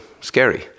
scary